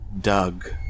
Doug